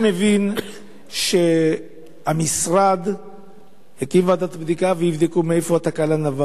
אני מבין שהמשרד הקים ועדת בדיקה ויבדקו ממה נבעה התקלה.